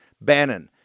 Bannon